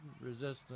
resistance